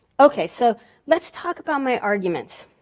okay, so let's talk about my arguments.